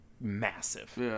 massive